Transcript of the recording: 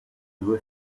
due